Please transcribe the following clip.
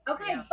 okay